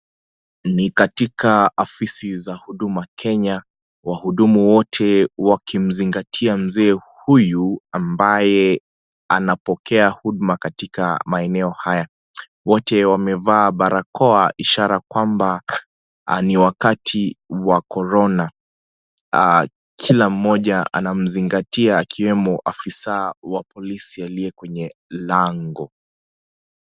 Ni katika ofisi za huduma kenya, wahudumu wote wakimzingatia mzee huyu ambaye anapokea huduma katika maeneo haya, wote wamevaa barakoa ishara ya kwamba ni wakati wa corona. Kila mmoja anamzingatia akiwemo afisa wa polisi aliye kwenye lango.